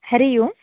हरिः ओम्